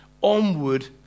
onward